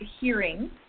hearing